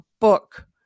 book